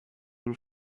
will